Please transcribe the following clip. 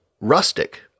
rustic